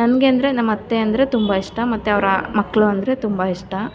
ನನಗೆ ಅಂದರೆ ನಮ್ಮತ್ತೆ ಅಂದರೆ ತುಂಬ ಇಷ್ಟ ಮತ್ತೆ ಅವರ ಮಕ್ಕಳು ಅಂದರೆ ತುಂಬ ಇಷ್ಟ